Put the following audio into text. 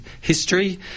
history